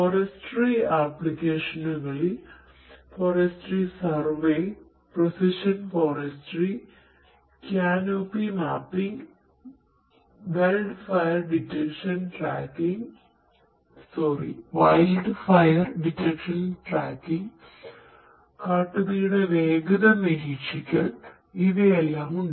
forestry ആപ്ലിക്കേഷനുകളിൽ കാട്ടുതീയുടെ വേഗത നിരീക്ഷിക്കൽ ഇവയെല്ലാം ഉണ്ട്